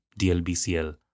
DLBCL